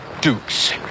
Dukes